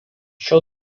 šiol